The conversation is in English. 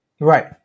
Right